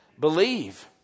believe